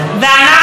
ואנחנו,